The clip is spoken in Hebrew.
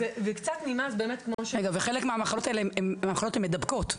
וחלק מהמחלות האלה הן מחלות מדבקות.